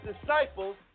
disciples